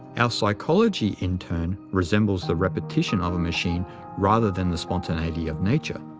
our psychology in turn resembles the repetition of a machine rather than the spontaneity of nature.